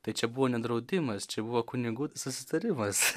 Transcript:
tai čia buvo ne draudimas čia buvo kunigų susitarimas